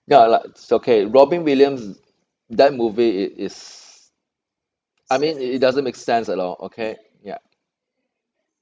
ya lah it's okay robin williams that movie it is I mean it doesn't make sense at all okay ya